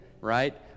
right